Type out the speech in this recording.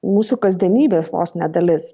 mūsų kasdienybės vos ne dalis